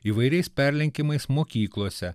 įvairiais perlenkimais mokyklose